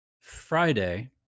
Friday